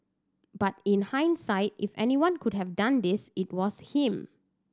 but in hindsight if anyone could have done this it was him